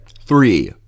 Three